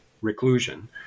reclusion